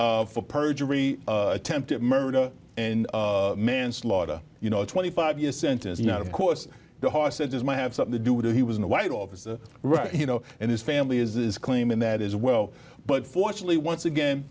for perjury attempted murder and manslaughter you know a twenty five year sentence not of course the hostages might have something to do with it he was in a white officer right you know and his family is claiming that as well but fortunately once again